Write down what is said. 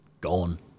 gone